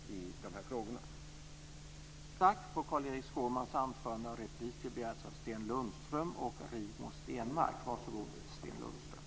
Fru talman! Jag instämmer i Elver Jonssons sista inlägg. Jag tror att vi är fullständigt överens i de här frågorna, och jag hoppas på ett fortsatt bra samarbete.